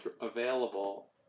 available